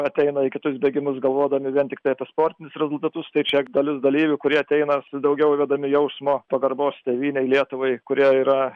ateina į kitus bėgimus galvodami vien tiktai apie sportinius rezultatus tai čia dalis dalyvių kurie ateina su daugiau vedami jausmo pagarbos tėvynei lietuvai kurie yra